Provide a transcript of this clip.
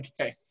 Okay